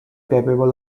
capable